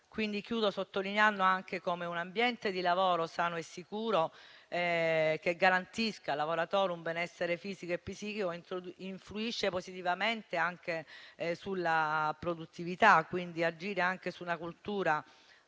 Concludo sottolineando anche come un ambiente di lavoro sano e sicuro, che garantisca al lavoratore un benessere psichico e fisico, influisca positivamente anche sulla produttività. È importante dunque agire anche su una cultura